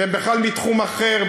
והם בכלל מתחום אחר,